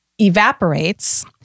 evaporates